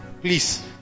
please